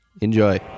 Enjoy